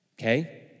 Okay